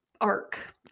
arc